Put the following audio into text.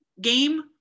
game